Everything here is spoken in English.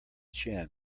chin